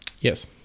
Yes